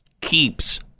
Keeps